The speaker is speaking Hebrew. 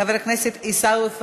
חבר הכנסת עיסאווי פריג'